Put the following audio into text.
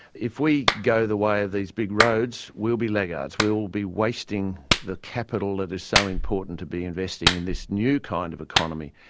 if we go the way of these big roads will be laggards, we will will be wasting the capital that is so important to be investing in this new kind of economy,